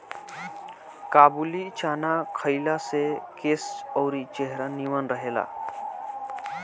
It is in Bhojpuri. काबुली चाना खइला से केस अउरी चेहरा निमन रहेला